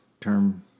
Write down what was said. term